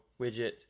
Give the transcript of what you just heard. widget